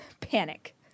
Panic